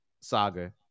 saga